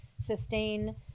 sustain